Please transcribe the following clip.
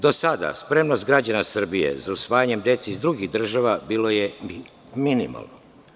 Do sada, spremnost građana Srbije za usvajanje dece iz drugih država bilo je minimalno.